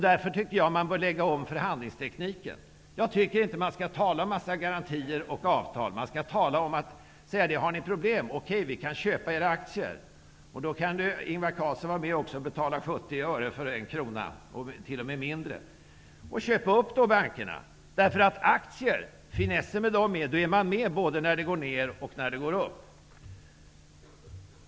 Därför bör man lägga om förhandlingstekniken. Man skall inte tala om en massa garantier och avtal, utan man skall säga: Har ni problem? Okej, vi kan köpa era aktier! Då kan Ingvar Carlsson också vara med och betala 70 öre för 1 krona, t.o.m. mindre, och köpa upp bankerna. Finessen med aktier är att man är med både när det går ned och när det går upp.